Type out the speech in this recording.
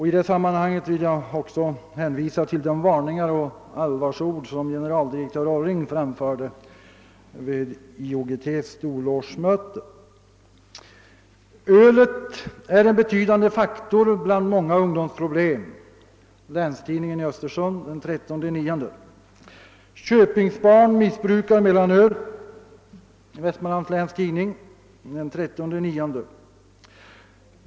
— I detta sammanhang vill jag även hänvisa till de varningar och allvarsord som generaldirektör Orring framförde vid IOGT:s storlogemöte i somras. — »Ölet är en betydande faktor bland många ungdomsproblem«, framhåller Länstidningen i Östersund den 13 september. >Köpingsbarn missbrukar mellanöl>, skriver Vestmanlands Läns Tidning den 30 september.